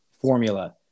Formula